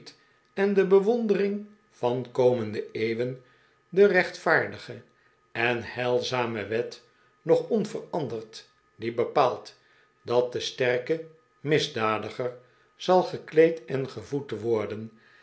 en de bewondering van komende eeuwen de rechtvaardige en heilzame wet nog onveranderd die bepaalt dat de sterke misdadiger zal gekleed en gevoed worden